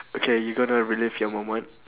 okay you gonna relive your moment